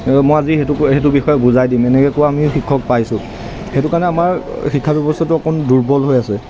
এই মই আজি সেইটো সেইটো বিষয়ে বুজাই দিম এনেকৈ কোৱা আমিও শিক্ষক পাইছোঁ সেইটো কাৰণে আমাৰ শিক্ষা ব্যৱস্থাটো অকণ দুৰ্বল হৈ আছে